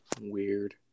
Weird